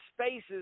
spaces